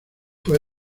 fue